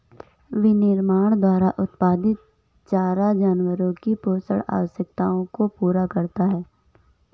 विनिर्माण द्वारा उत्पादित चारा जानवरों की पोषण आवश्यकताओं को पूरा करता है